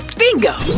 bingo!